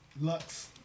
lux